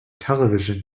television